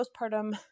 Postpartum